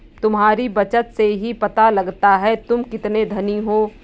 तुम्हारी बचत से ही पता लगता है तुम कितने धनी हो